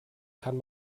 kann